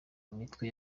mitwe